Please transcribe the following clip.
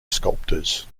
sculptors